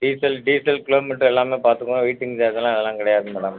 diesel diesel kilometre எல்லாமே பார்த்துக்குவோம் waiting சார்ஜ்ஜெலாம் அதெலாம் கிடையாது மேடம்